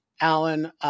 Alan